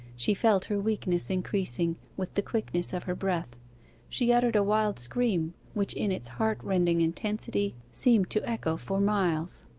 she felt her weakness increasing with the quickness of her breath she uttered a wild scream, which in its heartrending intensity seemed to echo for miles.